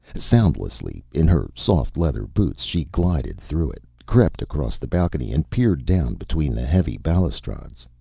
soundlessly in her soft leather boots she glided through it, crept across the balcony and peered down between the heavy balustrades.